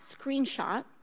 screenshot